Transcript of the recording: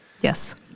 yes